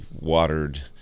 watered